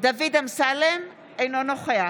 דוד אמסלם, אינו נוכח